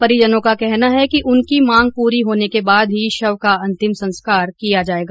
परिजनों का कहना है कि उनकी मांग पूरी होने के बाद ही शव का अंतिम संस्कार किया जाएगा